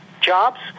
jobs